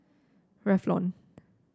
Revlon